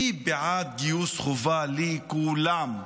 מי בעד גיוס חובה לכולם,